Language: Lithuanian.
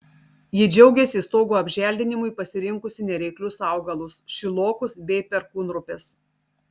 ji džiaugiasi stogo apželdinimui pasirinkusi nereiklius augalus šilokus bei perkūnropes